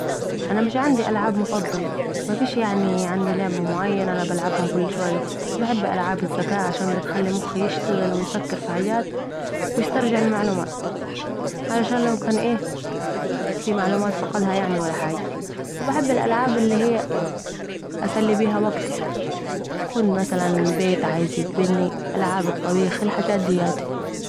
انا مش عندي العاب مفضله ما فيش يعني عندي لعبه معينه انااملعبها كل شويه بس بحب العاب الذكاء عشان بتخلي مخي يشتغل ويفكر في حاجات ويسترجع المعلومات علشان لو كان ايه ؟في معلومات فقدها يعني ولا حاجه ، و بحب الالعاب الي هي اسلي بيها وقتي ، تكون مثلاً بيت عايز يتبتي العاب الطبخ الحجات دياتي